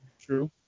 True